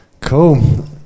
Cool